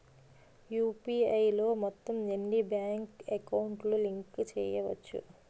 UPI లో మొత్తం ఎన్ని బ్యాంక్ అకౌంట్ లు లింక్ చేయచ్చు?